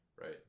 right